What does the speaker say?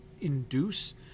induce